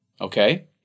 Okay